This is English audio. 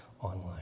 online